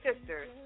sisters